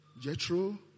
Jethro